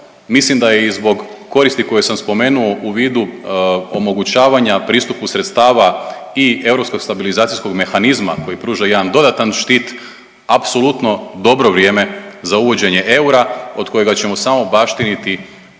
mislim da je i zbog koristi koje sam spomenuo u vidu omogućavanja pristupu sredstava i europskog stabilizacijskog mehanizma koji pruža jedan dodatan štit apsolutno dobro vrijeme za uvođenje eura od kojega ćemo samo baštiniti